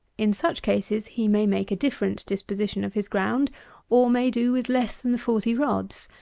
in such cases he may make a different disposition of his ground or may do with less than the forty rods.